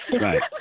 Right